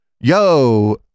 Yo